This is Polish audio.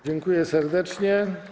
Dziękuję serdecznie.